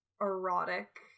erotic